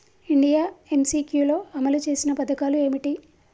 India MCQ లో అమలు చేసిన పథకాలు ఏమిటి?